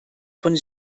von